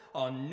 on